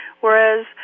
whereas